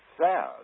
sad